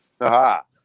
Aha